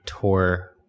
tour